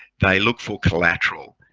they look for collateral.